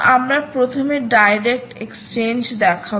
সুতরাং আমরা প্রথমে ডাইরেক্ট এক্সচেঞ্জ দেখাব